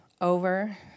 over